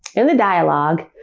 in the dialogue,